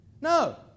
No